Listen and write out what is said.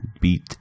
beat